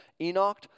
Enoch